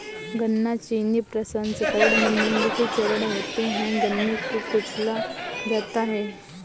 गन्ना चीनी प्रसंस्करण में निम्नलिखित चरण होते है गन्ने को कुचला जाता है